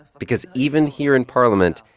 because even here in parliament,